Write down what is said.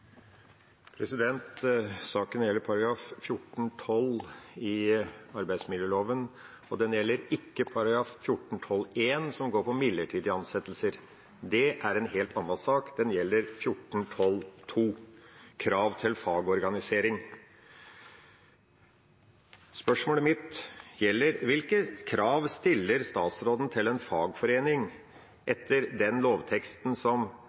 partene. Saken gjelder § 14-12 i arbeidsmiljøloven, og den gjelder ikke § 14-12 første ledd, som handler om midlertidige ansettelser, det er en helt annen sak. Saken gjelder § 14-12 andre ledd, krav til fagorganisering. Spørsmålet mitt gjelder: Hvilke krav stiller statsråden til en fagforening etter den lovteksten